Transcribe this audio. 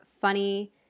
funny